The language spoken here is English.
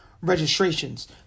registrations